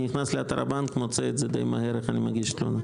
אני נכנס לאתר הבנק ומוצא את זה די מהר איך אני מגיש תלונה?